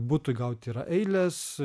butui gaut yra eilės